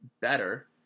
better